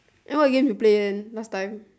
then what you want to do in last time